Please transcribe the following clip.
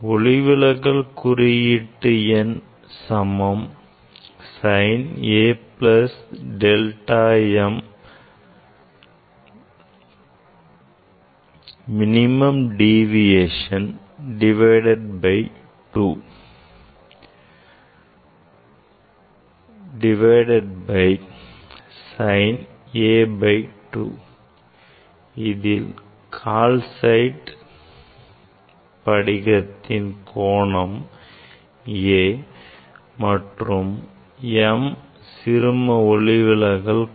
ஒளிவிலகல் குறியீட்டு எண் சமம் sin A plus delta m minimum deviation divided by 2 divided by sin A by 2 இதில் A கால்சைட் படிகத்தின் கோணம் மற்றும் m சிறும ஒளிவிலகல் கோணமாகும்